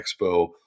Expo